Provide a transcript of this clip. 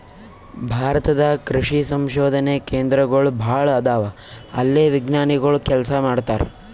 ಭಾರತ ದಾಗ್ ಕೃಷಿ ಸಂಶೋಧನೆ ಕೇಂದ್ರಗೋಳ್ ಭಾಳ್ ಅದಾವ ಅಲ್ಲೇ ವಿಜ್ಞಾನಿಗೊಳ್ ಕೆಲಸ ಮಾಡ್ತಾರ್